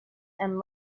and